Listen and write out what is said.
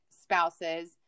spouses